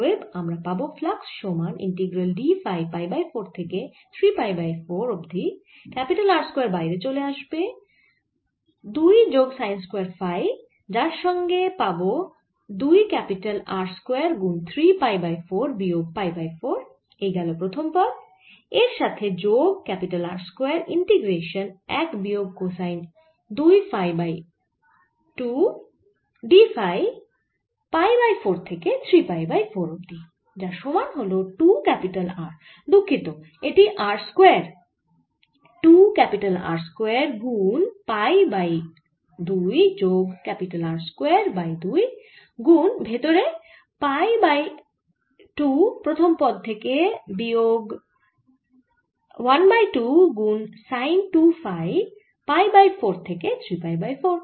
অতএব আমি পাবো ফ্লাক্স সমান integral d phi pi by 4 থেকে 3 পাই বাই 4 অবধি R স্কয়ার বাইরে চলে আসবে 2 যোগ সাইন স্কয়ার ফাই যার থেকে পাবো 2 R স্কয়ার গুন 3 পাই বাই 4 বিয়োগ পাই বাই 4 এই গেল প্রথম পদ এর সাথে যোগ R স্কয়ার ইন্টিগ্রেশান 1 বিয়োগ cosine 2 phi by 2 d phi pi by 4 থেকে 3 পাই বাই 4 অবধি যার সমান হল 2 R দুঃখিত এটি R স্কয়ার 2 R স্কয়ার গুন পাই বাই 2 যোগ R স্কয়ার বাই 2 গুন ভেতরে পাই বাই 2 প্রথম পদ থেকে বিয়োগ 1 বাই 2 গুন সাইন 2 ফাই পাই বাই 4 থেকে 3 পাই বাই 4